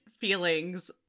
feelings